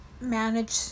manage